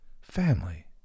Family